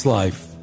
life